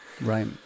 right